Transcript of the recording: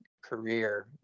career